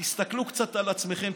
תסתכלו קצת על עצמכם,